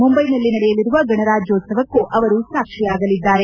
ಮುಂದೈನಲ್ಲಿ ನಡೆಯಲಿರುವ ಗಣರಾಜ್ಯೋತ್ಸವಕ್ಕೂ ಅವರು ಸಾಕ್ಷಿಯಾಗಲಿದ್ದಾರೆ